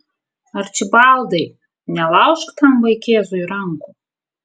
arčibaldai nelaužk tam vaikėzui rankų